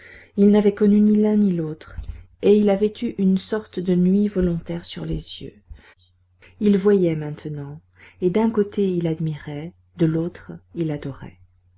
il n'avait connu ni l'un ni l'autre et il avait eu une sorte de nuit volontaire sur les yeux il voyait maintenant et d'un côté il admirait de l'autre il adorait